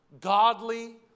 godly